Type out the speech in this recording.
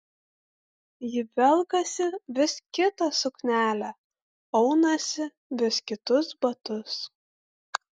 ji velkasi vis kitą suknelę aunasi vis kitus batus